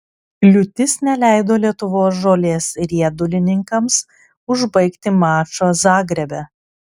liūtis neleido lietuvos žolės riedulininkams užbaigti mačo zagrebe